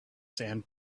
sand